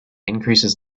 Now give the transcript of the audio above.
increases